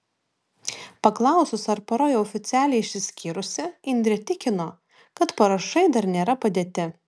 paklausus ar pora jau oficialiai išsiskyrusi indrė tikino kad parašai dar nėra padėti